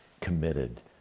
committed